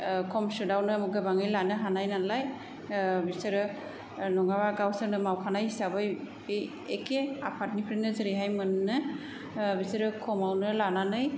खम सुदावनो गोबाङै लानो हानाय नालाय बिसोरो नङाब्ला गावसोरनो मावखानाय हिसाबै बे एखे आफादनिफ्रायनो जेरैहाय मोनो बिसोरो खमावनो लानानै